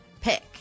pick